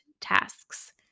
tasks